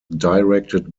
directed